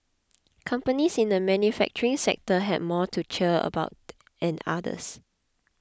companies in the manufacturing sector had more to cheer about and others